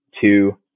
two